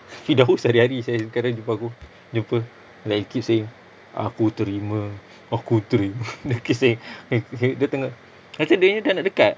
firdaus hari-hari seh sekarang jumpa aku jumpa like he keep saying aku terima aku terima dia keep saying ab~ dia dia pasal dia nya dah nak dekat